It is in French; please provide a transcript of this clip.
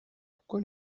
pourquoi